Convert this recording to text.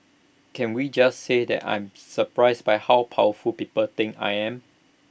can we just say that I'm surprised by how powerful people think I am